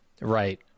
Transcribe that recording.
Right